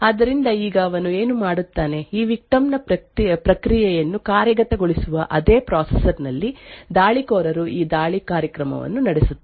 ಆದ್ದರಿಂದ ಈಗ ಅವನು ಏನು ಮಾಡುತ್ತಾನೆ ಈ ವಿಕ್ಟಿಮ್ ನ ಪ್ರಕ್ರಿಯೆಯನ್ನು ಕಾರ್ಯಗತಗೊಳಿಸುವ ಅದೇ ಪ್ರೊಸೆಸರ್ ನಲ್ಲಿ ದಾಳಿಕೋರರು ಈ ದಾಳಿ ಕಾರ್ಯಕ್ರಮವನ್ನು ನಡೆಸುತ್ತಾರೆ